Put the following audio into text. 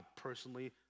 personally